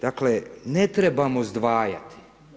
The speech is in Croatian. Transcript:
Dakle, ne trebamo zdvajati.